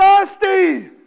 thirsty